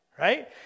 right